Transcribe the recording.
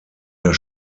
der